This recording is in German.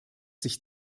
sich